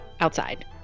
outside